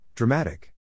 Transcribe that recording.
Dramatic